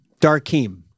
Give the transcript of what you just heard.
Darkeem